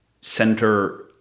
center